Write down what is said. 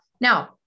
now